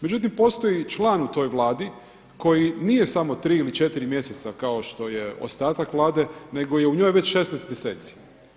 Međutim postoji član u toj Vladi koji nije samo tri ili četiri mjeseca kao što je ostatak Vlade nego je u njoj već 16 mjeseci.